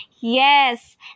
Yes